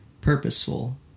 purposeful